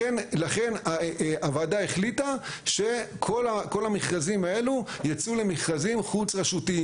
לכן הוועדה החליטה שכל המכרזים האלו ייצאו למכרזים בין-רשותיים.